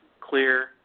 clear